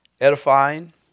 edifying